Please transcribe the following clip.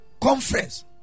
conference